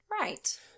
Right